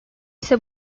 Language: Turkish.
ise